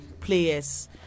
players